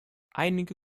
einige